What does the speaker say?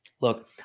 Look